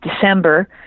December